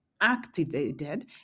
activated